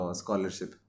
scholarship